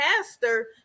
pastor